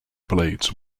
blades